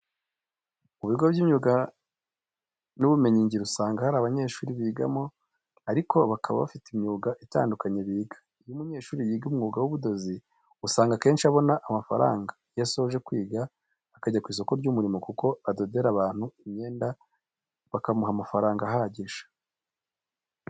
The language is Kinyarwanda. Mu bigo by'imyuga n'ubumenyingiro usanga hari abanyeshuri bigamo ariko bakaba bafite imyuga itandukanye biga. Iyo umunyeshuri yiga umwuga w'ubudozi usanga akenshi abona amafaranga iyo asoje kwiga akajya ku isoko ry'umurimo kuko adodera abantu imyenda bakamuha amafaranga ahagije.